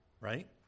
right